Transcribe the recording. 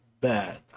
bad